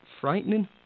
frightening